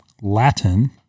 Latin